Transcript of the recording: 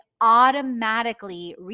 automatically